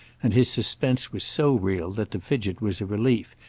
and his suspense was so real that to fidget was a relief,